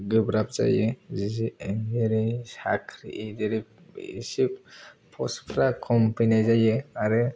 गोब्राब जायो जेरै साख्रि जेरै एसे पस्ट फ्रा खम फैनाय जायो आरो